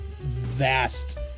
vast